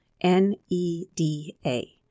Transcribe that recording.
N-E-D-A